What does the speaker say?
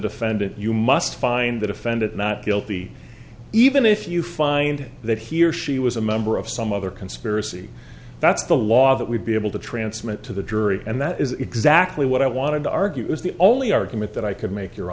defendant you must find the defendant not guilty even if you find that he or she was a member of some other conspiracy that's the law that we'd be able to transmit to the jury and that is exactly what i wanted to argue it was the only argument that i could make your